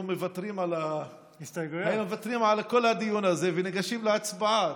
מוותרים על כל הדיון הזה וניגשים להצבעה.